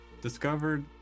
discovered